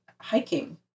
hiking